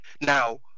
Now